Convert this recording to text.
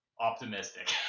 optimistic